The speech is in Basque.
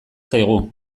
zaigu